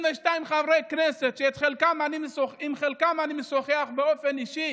22 חברי כנסת שעם חלקם אני משוחח באופן אישי